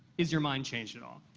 is your mind changed at all?